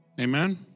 Amen